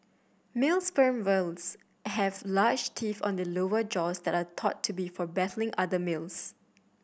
male sperm whales have large teeth on the lower jaws that are thought to be for battling other males